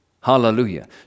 hallelujah